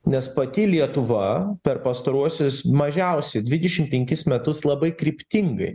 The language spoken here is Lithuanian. nes pati lietuva per pastaruosius mažiausiai dvidešimt penkis metus labai kryptingai